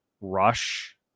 rush –